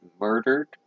murdered